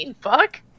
fuck